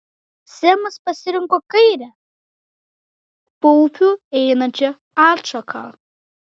semas pasirinko kairę paupiu einančią atšaką